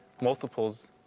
multiples